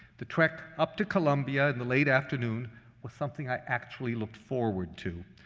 the trek up to columbia in the late afternoon was something i actually looked forward to,